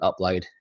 upload